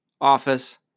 office